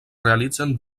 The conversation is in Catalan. realitzen